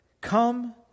Come